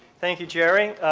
thank you, jerry.